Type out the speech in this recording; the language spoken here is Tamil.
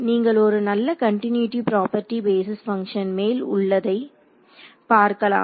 நீங்கள் ஒரு நல்ல கண்டினியூட்டி புரோபர்டி பேஸிஸ் பங்ஷன் மேல் உள்ளதைப் பார்க்கலாம்